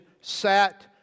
sat